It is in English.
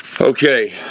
Okay